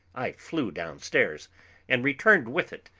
i flew downstairs and returned with it,